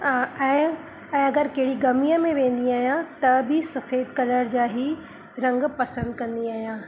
ऐं ऐं अगरि कहिड़ी ग़मीअ में वेंदी आहियां त बि सफ़ेद कलर जा ई रंग पसंदि कंदी आहियां